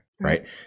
Right